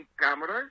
cameras